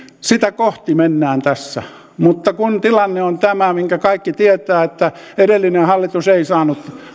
sitä kohti mennään tässä mutta kun tilanne on tämä minkä kaikki tietävät että edellinen hallitus ei saanut